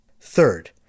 Third